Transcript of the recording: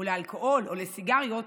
או לאלכוהול או לסיגריות,